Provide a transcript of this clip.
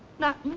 not me,